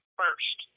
first